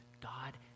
God